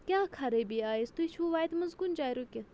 کیٛاہ خرٲبی آیَس تُہۍ چھُو وَتہِ منٛز کُنہِ جایہِ رُکِتھ